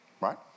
Right